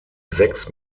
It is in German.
sechs